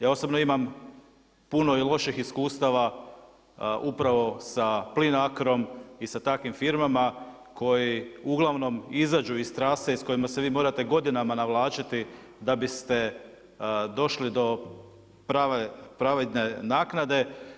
Ja osobno imam puno loših iskustava upravo sa Plinacrom i sa takvim firmama koji uglavnom izađu iz trase sa kojima se vi morate godinama navlačiti da biste došli do pravedne naknade.